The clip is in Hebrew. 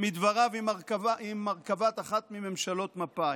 מדבריו מהרכבת אחת מממשלות מפא"י: